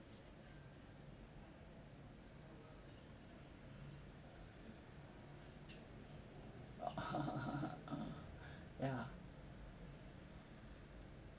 ya